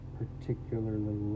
particularly